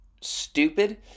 stupid